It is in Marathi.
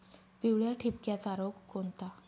पिवळ्या ठिपक्याचा रोग कोणता?